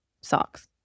socks